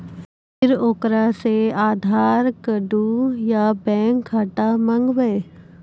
फिर ओकरा से आधार कद्दू या बैंक खाता माँगबै?